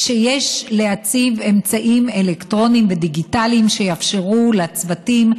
שיש להציב אמצעים אלקטרוניים ודיגיטליים שיאפשרו לצוותים,